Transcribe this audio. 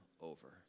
over